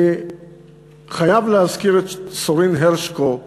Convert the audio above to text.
אני חייב להזכיר את סורין הרשקו,